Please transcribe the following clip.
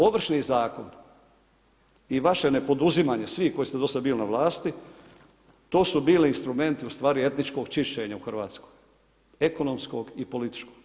Ovršni zakon i vaše nepoduzimanje svih koji ste do sad bili na vlasti, to su bili instrumenti ustvari etničkog čišćenja u Hrvatskoj, ekonomskog i političkog.